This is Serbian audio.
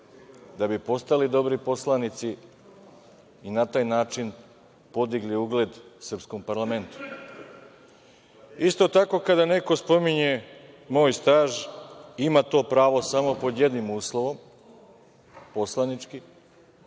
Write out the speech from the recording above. da bi postali dobri poslanici i na taj način podigli ugled srpskog parlamenta. Isto tako, kada neko spominje moj staž ima to pravo samo pod jednim uslovom, poslanički,